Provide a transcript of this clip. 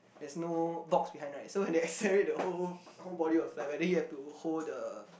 there's no box behind right so when they accelerate the whole whole body will fly back then you have to hold the